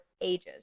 ages